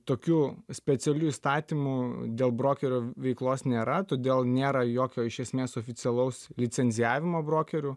tokių specialių įstatymų dėl brokerio veiklos nėra todėl nėra jokio iš esmės oficialaus licencijavimo brokerių